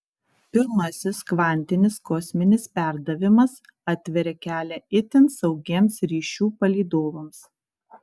pirmasis kvantinis kosminis perdavimas atveria kelią itin saugiems ryšių palydovams